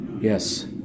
Yes